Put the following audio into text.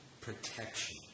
protection